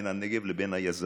בין הנגב לבין היזמות,